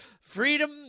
freedom